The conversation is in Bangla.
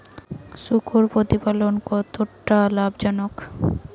শূকর প্রতিপালনের কতটা লাভজনক?